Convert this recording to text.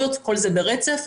זה כבר שימוש מתמשך,